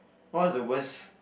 what was the worse